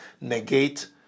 negate